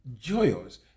joyous